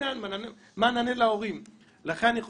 לכן לדעתי